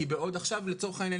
כי לצורך העניין,